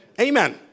Amen